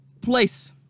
place